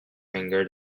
finger